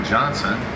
Johnson